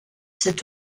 cette